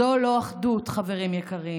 זו לא אחדות, חברים יקרים.